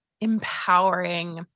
empowering